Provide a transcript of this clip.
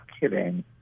kidding